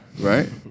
right